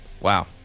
Wow